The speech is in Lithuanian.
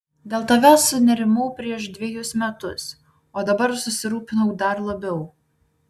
dėl tavęs sunerimau prieš dvejus metus o dabar susirūpinau dar labiau